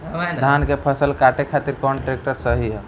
धान के फसल काटे खातिर कौन ट्रैक्टर सही ह?